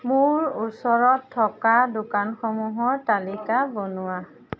মোৰ ওচৰত থকা দোকানসমূহৰ তালিকা বনোৱা